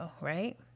right